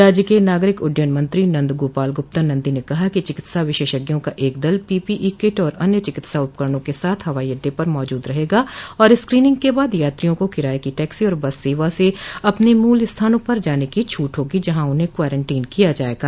राज्य के नागरिक उड्डयन मंत्री नंद गोपाल गुप्ता नंदी ने कहा कि चिकित्सा विशेषज्ञों का एक दल पीपीई किट और अन्य चिकित्सा उपकरणों के साथ हवाई अड्डे पर मौजूद रहेगा और स्क्रीनिंग के बाद यात्रियों को किराए की टैक्सी और बस सेवा से अपने मूल स्थानों पर जान की छूट होगी जहां उन्हें क्वारेंटीन किया जाएगा